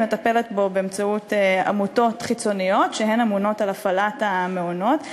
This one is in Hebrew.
היא מטפלת בו באמצעות עמותות חיצוניות שאמונות על הפעלת המעונות.